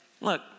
Look